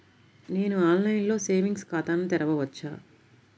నేను ఆన్లైన్లో సేవింగ్స్ ఖాతాను తెరవవచ్చా?